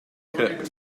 cooked